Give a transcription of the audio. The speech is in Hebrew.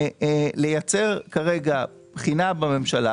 לייצר בחינה בממשלה.